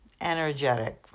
energetic